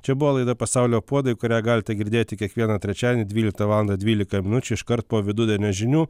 čia buvo laida pasaulio puodai kurią galite girdėti kiekvieną trečiadienį dvyliktą valandą dvylika minučių iškart po vidudienio žinių